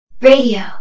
Radio